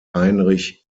heinrich